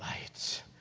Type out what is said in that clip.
lights